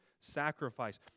sacrifice